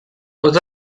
what